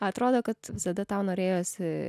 atrodo kad visada tau norėjosi